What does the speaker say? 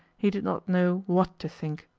he did not know what to think.